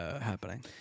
happening